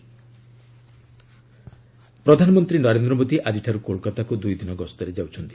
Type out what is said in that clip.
PM Kolkata ପ୍ରଧାନମନ୍ତ୍ରୀ ନରେନ୍ଦ୍ର ମୋଦି ଆଜିଠାରୁ କୋଲ୍କାତାକୁ ଦୁଇ ଦିନ ଗସ୍ତରେ ଯାଉଛନ୍ତି